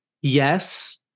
Yes